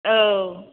औ